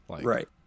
Right